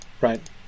Right